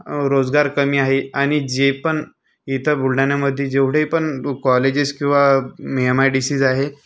रोजगार कमी आहे आणि जे पण इथं बुलढाण्यामध्ये जेवढे पण कॉलेजीस किंवा मी एम आय डी सीज आहेत